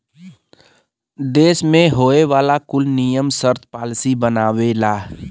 देस मे होए वाला कुल नियम सर्त पॉलिसी बनावेला